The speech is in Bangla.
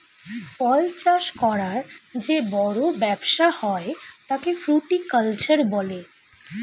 ফল চাষ করার যে বড় ব্যবসা হয় তাকে ফ্রুটিকালচার বলে